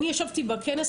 אני ישבתי בכנס,